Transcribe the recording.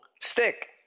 stick